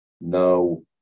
no